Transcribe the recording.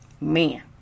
man